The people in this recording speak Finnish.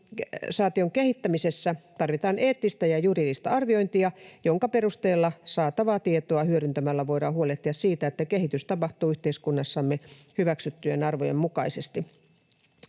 Digitalisaation kehittämisessä tarvitaan eettistä ja juridista arviointia, jonka perusteella saatavaa tietoa hyödyntämällä voidaan huolehtia siitä, että kehitys tapahtuu yhteiskunnassamme hyväksyttyjen arvojen mukaisesti.